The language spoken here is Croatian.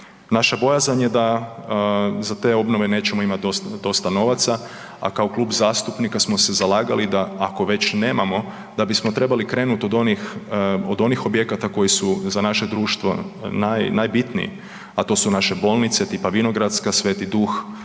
Naša bojazan da za te obnove nećemo imat dosta novaca, a kao klub zastupnika smo se zalagali da ako već nemamo da bismo trebali krenut od onih, od onih objekata koji su za naše društvo najbitniji, a to su naše bolnice tipa Vinogradska, Sveti Duh